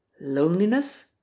Loneliness